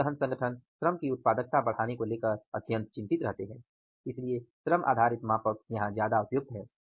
श्रम गहन संगठन श्रम की उत्पादकता बढ़ाने को लेकर चिंतित रहते हैं इसलिए श्रम आधारित मापक उपयुक्त हैं